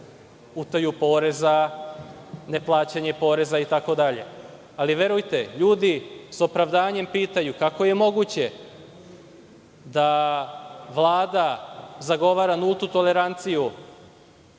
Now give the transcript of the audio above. utaju poreza, neplaćanje poreza itd. Ali, verujte, ljudi s opravdanjem pitaju – kako je moguće da Vlada zagovara nultu toleranciju